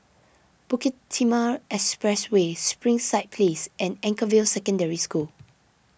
Bukit Timah Expressway Springside Place and Anchorvale Secondary School